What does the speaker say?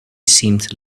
seemed